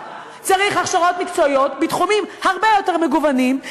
צריך הכשרות מקצועיות בתחומים הרבה יותר מגוונים,